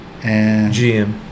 GM